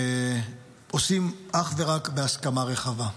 עושים אך ורק בהסכמה רחבה,